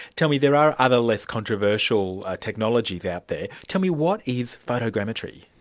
tell me, there are other less controversial ah technologies out there. tell me, what is photogrammetry?